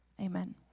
Amen